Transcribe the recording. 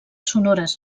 sonores